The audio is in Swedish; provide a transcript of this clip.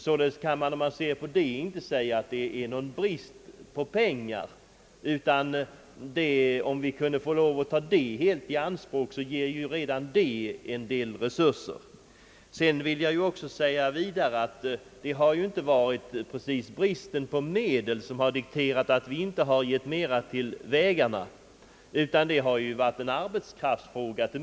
Således kan man när man ser på detta inte säga att det är någon brist på pengar, ty om vi finge lov att ta dessa medel i anspråk, så skulle ju redan de ge en del resurser. Vidare vill jag säga att det inte precis varit bristen på medel som medfört att vi inte har gett mera till vägarna, utan det har i stor utsträckning varit en arbetskraftfråga.